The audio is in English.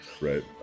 right